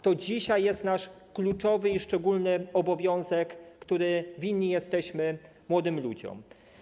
To dzisiaj jest nasz kluczowy i szczególny obowiązek, winni to jesteśmy młodym ludziom.